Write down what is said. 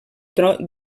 tron